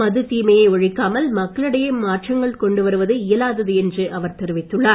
மது தீமையை ஒழிக்காமல் மக்களிடையே மாற்றங்கள் கொண்டு வருவது இயலாதது என்று அவர் தெரிவித்துள்ளார்